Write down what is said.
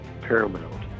paramount